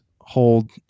hold